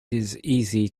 easy